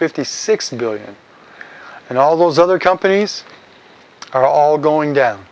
fifty six billion and all those other companies are all going down